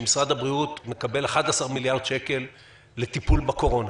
שמשרד הבריאות מקבל 11 מיליארד שקל לטיפול בקורונה.